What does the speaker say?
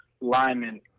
linemen